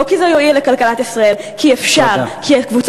אותו דבר לגבי המע"מ.